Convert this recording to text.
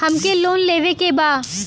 हमके लोन लेवे के बा?